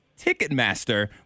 Ticketmaster